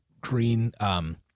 green